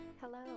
Hello